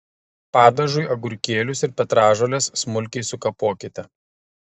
padažui agurkėlius ir petražoles smulkiai sukapokite